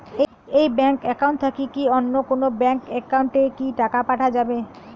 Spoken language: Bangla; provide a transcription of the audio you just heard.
এই ব্যাংক একাউন্ট থাকি কি অন্য কোনো ব্যাংক একাউন্ট এ কি টাকা পাঠা যাবে?